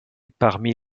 parmi